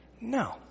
No